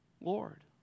Lord